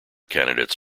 candidates